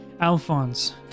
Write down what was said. Alphonse